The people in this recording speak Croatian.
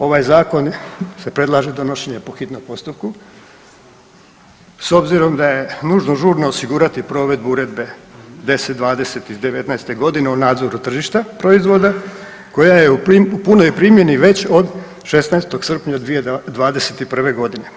Ovaj zakon se predlaže donošenje po hitnom postupku, s obzirom da je nužno žurno osigurati provedbu Uredbu 1020 iz 19-e godine o nadzoru tržišta proizvoda koja je u punoj primjeni već od 16. srpnja 2021. godine.